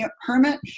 hermit